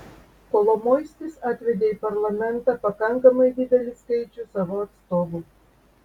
kolomoiskis atvedė į parlamentą pakankamai didelį skaičių savo atstovų